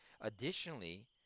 Additionally